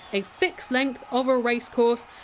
a fixed length of a racecourse.